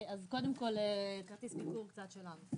קודם כל כרטיס ביקור שלנו.